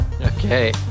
Okay